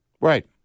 Right